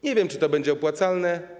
Nie wiem, czy to będzie opłacalne.